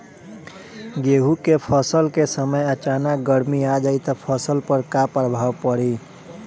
गेहुँ के फसल के समय अचानक गर्मी आ जाई त फसल पर का प्रभाव पड़ी?